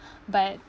but